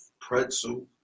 pretzel